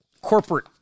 corporate